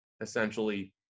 essentially